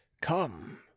Come